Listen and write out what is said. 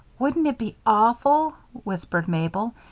wouldn't it be awful, whispered mabel,